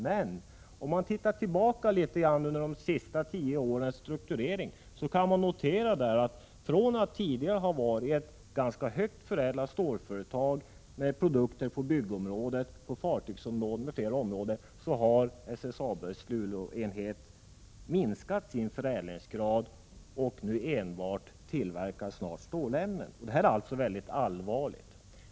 Men om man ser litet grand tillbaka på de senaste tio årens strukturering, kan man notera att SSAB:s Luleåenhet, som tidigare varit ett stålföretag med ganska hög förädlingsgrad och som haft produkter på byggområdet, fartygsområdet och andra områden, nu inte har samma förädlingsgrad. Snart tillverkar man enbart stålämnen. Detta är alltså väldigt allvarligt.